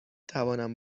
توانم